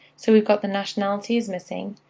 so we got the nationality is missing,